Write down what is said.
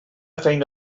feina